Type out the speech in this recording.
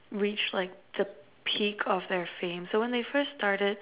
reached like the peak of their fame so when they first started